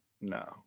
No